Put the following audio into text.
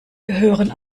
gehören